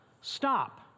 stop